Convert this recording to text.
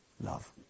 love